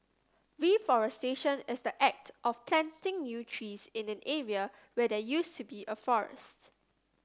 reforestation is the act of planting new trees in an area where there used to be a forest